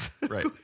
Right